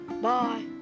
bye